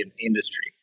industry